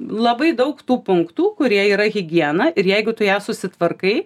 labai daug tų punktų kurie yra higiena ir jeigu tu ją susitvarkai